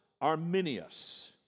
Arminius